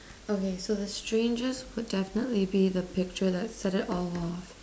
okay so the strangest would definitely that would set it all off